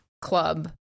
club